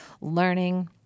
learning